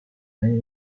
valle